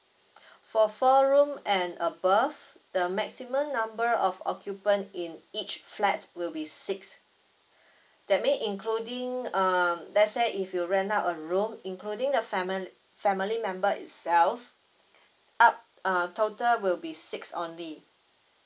for four room and above the maximum number of occupant in each flats would be six that may including um let's say if you rent our a room including the family family member itself up err total would be six only